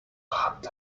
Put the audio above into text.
hunt